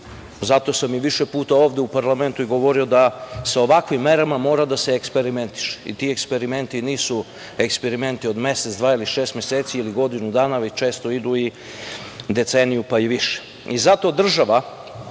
Zato sam više puta ovde u parlamentu i govorio da sa ovakvim merama mora da se eksperimentiše. Ti eksperimenti nisu eksperimenti od mesec, dva ili šest meseci ili godinu dana, već često idu i deceniju, pa i više. Zato